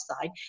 side